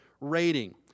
Rating